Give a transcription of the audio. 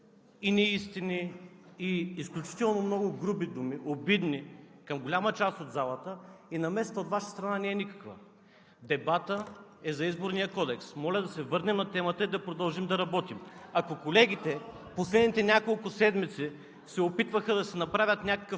и неистини, и изключително много обидни и груби думи към голяма част от залата и намесата от Ваша страна не е никаква. Дебатът е за Изборния кодекс. Моля да се върнем на темата и да продължим да работим. Ако колегите в последните няколко седмици се опитваха да си направят някакъв